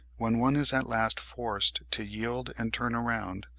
when one is at last forced to yield and turn round,